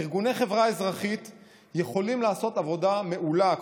ארגוני חברה אזרחית יכולים לעשות עבודה מעולה.